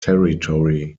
territory